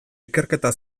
ikerketa